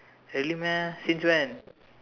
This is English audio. really meh since when